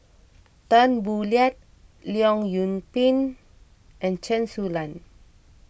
Tan Boo Liat Leong Yoon Pin and Chen Su Lan